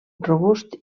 robust